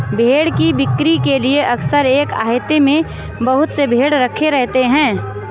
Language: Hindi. भेंड़ की बिक्री के लिए अक्सर एक आहते में बहुत से भेंड़ रखे रहते हैं